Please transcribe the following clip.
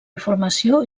informació